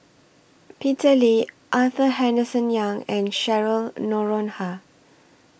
Peter Lee Arthur Henderson Young and Cheryl Noronha